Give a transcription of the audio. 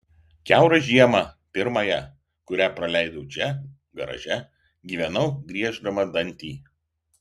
kiaurą žiemą pirmąją kurią praleidau čia garaže gyvenau grieždama dantį